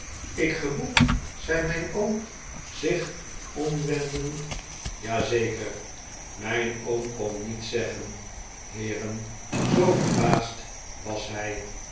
ik geboekt zei mijn oom zich omwendend ja zeker mijn oom kon niets zeggen heeren zoo verbaasd was hij